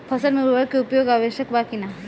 फसल में उर्वरक के उपयोग आवश्यक बा कि न?